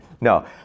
No